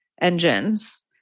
engines